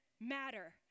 matter